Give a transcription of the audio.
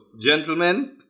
gentlemen